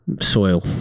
Soil